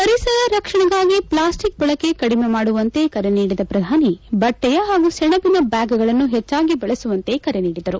ಪರಿಸರ ರಕ್ಷಣಗಾಗಿ ಪ್ಲಾಸ್ಟಿಕ್ ಬಳಕೆ ಕಡಿಮೆ ಮಾಡುವಂತೆ ಕರೆ ನೀಡಿದ ಪ್ರಧಾನಿ ಬಟ್ಟೆಯ ಹಾಗೂ ಸೇಜಿನ ಬ್ಯಾಗ್ಗಳನ್ನು ಹೆಚ್ಚಾಗಿ ಬಳಸುವಂತೆ ಕರೆ ನೀಡಿದರು